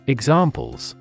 Examples